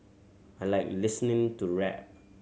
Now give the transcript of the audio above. I like listening to rap